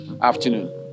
afternoon